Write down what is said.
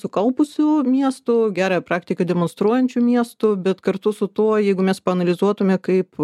sukaupusių miestų gerąją praktiką demonstruojančių miestų bet kartu su tuo jeigu mes paanalizuotume kaip